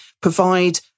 provide